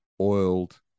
oiled